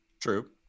true